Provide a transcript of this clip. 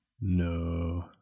No